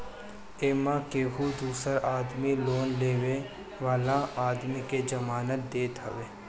एमे केहू दूसर आदमी लोन लेवे वाला आदमी के जमानत देत हवे